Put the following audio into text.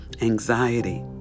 anxiety